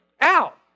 out